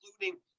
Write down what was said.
including